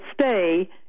stay